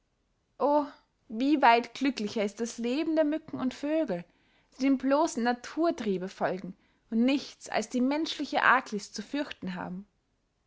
o wie weit glücklicher ist das leben der mücken und vögel die dem blosen naturtriebe folgen und nichts als die menschliche arglist zu fürchten haben